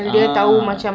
ah